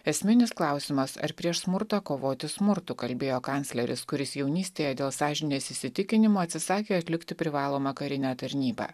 esminis klausimas ar prieš smurtą kovoti smurtu kalbėjo kancleris kuris jaunystėje dėl sąžinės įsitikinimų atsisakė atlikti privalomą karinę tarnybą